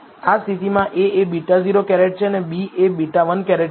આ સ્થિતિમાં a એ β̂₀ છે અને b એ β̂1 છે